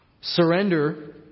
surrender